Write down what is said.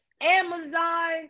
Amazon